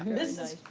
mrs,